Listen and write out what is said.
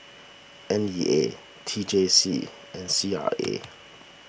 N E A T J C and C R A